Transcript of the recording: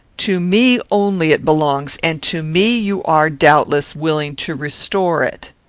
to me only it belongs, and to me you are, doubtless, willing to restore it.